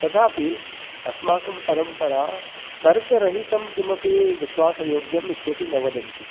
तथापि अस्माकं परम्परा तर्करहितं किमपि विश्वासयोग्यम् इत्यपि न वदन्ति